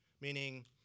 Meaning